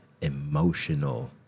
emotional